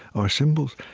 our symbols.